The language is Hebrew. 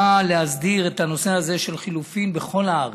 באה להסדיר את הנושא הזה של חילופים בכל הארץ.